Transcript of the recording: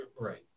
right